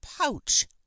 pouch